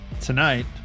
Tonight